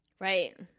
Right